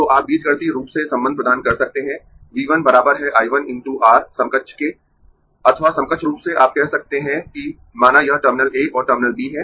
तो आप बीजगणितीय रूप से संबंध प्रदान कर सकते है V 1 बराबर है I 1 × R समकक्ष के अथवा समकक्ष रूप से आप कह सकते है कि माना यह टर्मिनल A और टर्मिनल B है